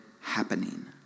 happening